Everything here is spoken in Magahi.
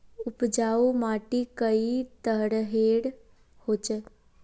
उपजाऊ माटी कई तरहेर होचए?